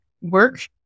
work